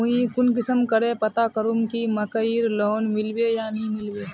मुई कुंसम करे पता करूम की मकईर लोन मिलबे या नी मिलबे?